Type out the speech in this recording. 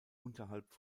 unterhalb